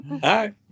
Hi